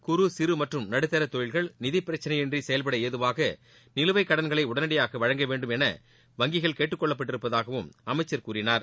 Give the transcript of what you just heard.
குறு சிறு மற்றும் நடுத்தா தொழில்கள் நிதி பிரக்சனையின்றி செயல்பட ஏதவாக நிலுவை கடன்களை உடனடியாக வழங்க வேண்டும் என வங்கிகள் கேட்டுக்கொள்ளப்பட்டிருப்பதாகவும் அமைச்சர் கூறினார்